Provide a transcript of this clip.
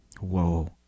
Whoa